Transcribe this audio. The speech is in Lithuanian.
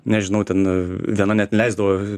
nežinau ten viena net leisdavo